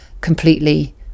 completely